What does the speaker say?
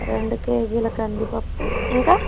రెండు కేజీల కందిపప్పు ఇంకా